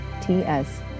t-s